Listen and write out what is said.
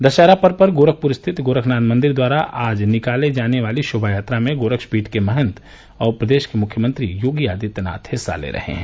दशहरा पर्व पर गोरखप्र स्थित गोरखनाथ मंदिर द्वारा आज निकाले जाने वाली शोभायात्रा में गोरक्षपीठ के महन्त और प्रदेश के मुख्यमंत्री योगी आदित्यनाथ हिस्सा ले रहे हैं